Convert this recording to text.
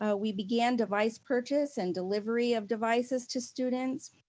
ah we began device purchase and delivery of devices to students.